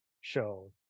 show